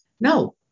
no